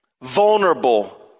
vulnerable